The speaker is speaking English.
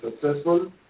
successful